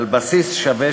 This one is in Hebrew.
על בסיס שווה,